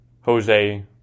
Jose